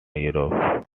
europe